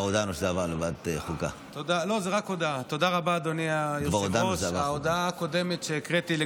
אם כך, רבותיי חברי הכנסת,